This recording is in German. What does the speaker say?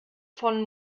von